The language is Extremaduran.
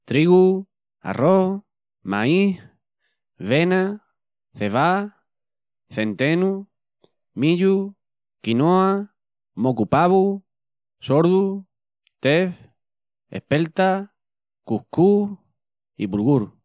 Trigu, arrós, maís, vena, cevá, centenu, millu, quinoa, mocu-pavu, sordu, teff, espelta, cuscús i bulgur.